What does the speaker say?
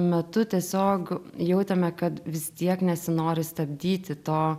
metu tiesiog jautėme kad vis tiek nesinori stabdyti to